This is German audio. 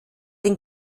den